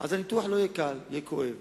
אז הניתוח לא יהיה קל, יהיה כואב,